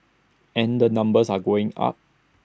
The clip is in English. and the numbers are going up